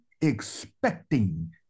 expecting